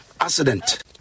accident